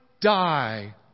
die